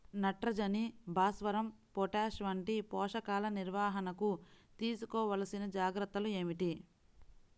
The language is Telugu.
నత్రజని, భాస్వరం, పొటాష్ వంటి పోషకాల నిర్వహణకు తీసుకోవలసిన జాగ్రత్తలు ఏమిటీ?